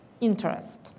interest